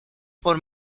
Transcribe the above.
por